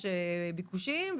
יש ביקושים,